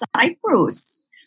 Cyprus